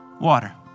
Water